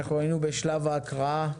היינו בשלב ההקראה.